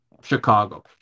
Chicago